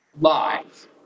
Live